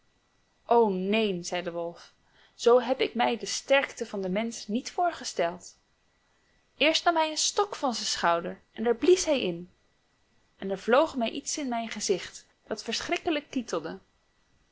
och neen zei de wolf zoo heb ik mij de sterkte van den mensch niet voorgesteld eerst nam hij een stok van zijn schouder en daar blies hij in en er vloog mij iets in mijn gezicht dat verschrikkelijk kietelde